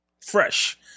Fresh